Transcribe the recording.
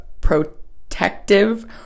protective